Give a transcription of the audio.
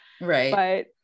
right